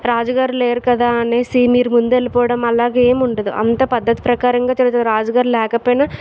రాజుగారు లేరు కదా అని సీనియర్ ముందు వెళ్ళిపోవడం అలాగే ఏముండదు అంత పద్ధతి ప్రకారం రాజుగారు లేకపోయినా